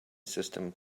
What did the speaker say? system